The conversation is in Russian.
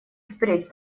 впредь